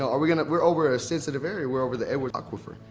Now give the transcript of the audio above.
are we gonna, we're over a sensitive area. we're over the edward aquifer.